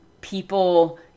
people